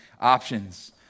options